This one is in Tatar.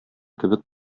кебек